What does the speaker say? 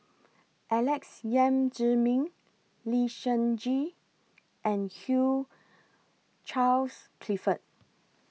Alex Yam Ziming Lee Seng Gee and Hugh Charles Clifford